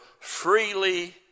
freely